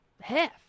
Half